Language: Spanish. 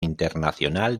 internacional